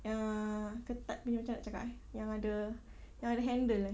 uh ketat punya macam mana nak cakap eh yang ada yang ada handle eh